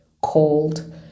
cold